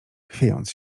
chwiejąc